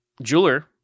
jeweler